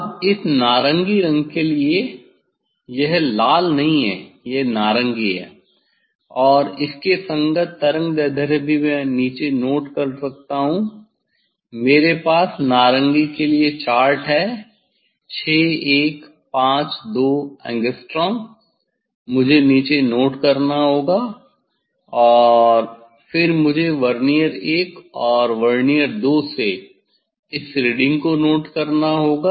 अब इस नारंगी रंग के लिए यह लाल नहीं है यह नारंगी है और इसके संगत तरंगदैर्ध्य भी मैं नीचे नोट कर सकता हूं मेरे पास नारंगी के लिए चार्ट है 6152 एंगस्ट्रॉम मुझे नीचे नोट करना होगा और फिर मुझे वर्नियर 1 और वर्नियर 2 से इस रीडिंग को नोट करना होगा